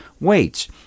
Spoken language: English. weights